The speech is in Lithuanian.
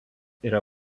yra